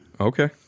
Okay